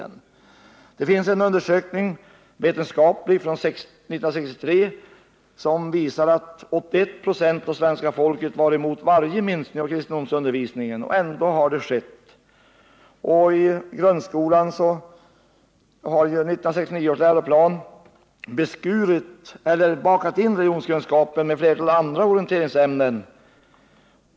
En vetenskaplig undersökning från 1963 visar att 81 96 av svenska folket var emot en minskning av kristendomsundervisningen, och ändå har det skett en sådan minskning. I 1963 års läroplan för grundskolan bakades religionskunskapen ihop med ett flertal andra orienteringsämnen.